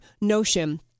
notion